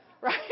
Right